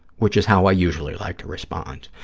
which is how i usually like to respond.